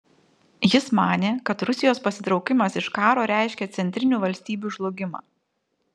jis manė kad rusijos pasitraukimas iš karo reiškia centrinių valstybių žlugimą